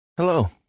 Hello